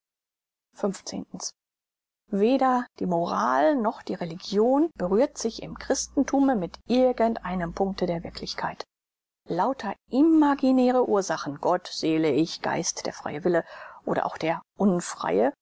weder die moral noch die religion berührt sich im christenthume mit irgend einem punkte der wirklichkeit lauter imaginäre ursachen gott seele ich geist der freie wille oder auch der unfreie